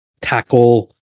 tackle